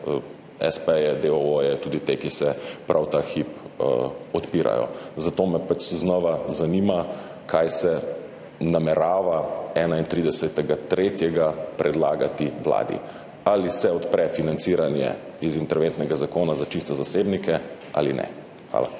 espeje, deooje, tudi te, ki se prav ta hip odpirajo. Zato me znova zanima: Kaj se namerava 31. 3. predlagati Vladi? Ali se odpre financiranje iz interventnega zakona za čiste zasebnike ali ne? Hvala.